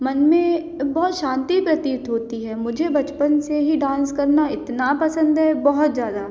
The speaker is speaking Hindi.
मन में बहुत शांति प्रतीत होती है मुझे बचपन से ही डांस करना इतना पसंद है बहुत ज़्यादा